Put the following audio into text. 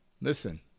Listen